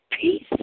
peace